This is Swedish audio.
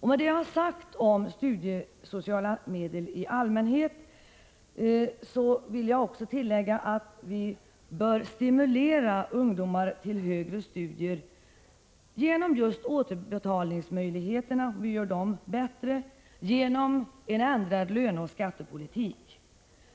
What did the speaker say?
Efter vad jag nu har sagt om studiesociala medel i allmänhet vill jag tillägga att vi bör stimulera ungdomar till högre studier genom att vi förbättrar återbetalningsmöjligheterna samt genom en ändrad löneoch skattepolitik.